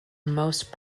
most